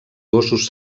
gossos